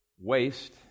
waste